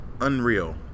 Unreal